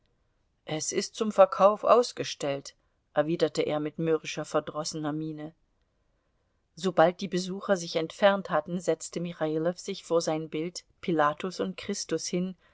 es ist zum verkauf ausgestellt erwiderte er mit mürrischer verdrossener miene sobald die besucher sich entfernt hatten setzte michailow sich vor sein bild pilatus und christus hin